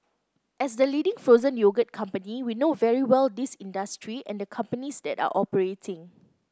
as the leading frozen yogurt company we know very well this industry and the companies that are operating